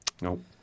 Nope